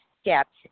steps